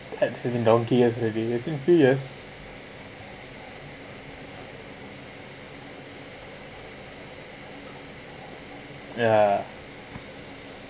had had been donkey years already I think few years ya